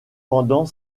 pendant